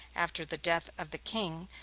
after the death of the king,